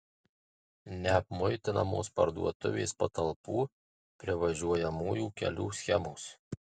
neapmuitinamos parduotuvės patalpų privažiuojamųjų kelių schemos